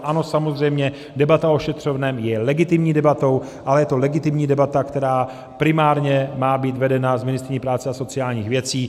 Ano, samozřejmě, debata o ošetřovném je legitimní debatou, ale je to legitimní debata, která primárně má být vedena s ministryní práce a sociálních věcí.